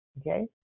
Okay